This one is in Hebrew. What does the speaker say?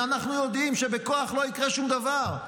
ואנו יודעים שבכוח לא יקרה שום דבר.